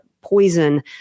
poison